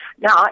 Now